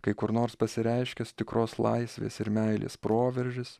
kai kur nors pasireiškęs tikros laisvės ir meilės proveržis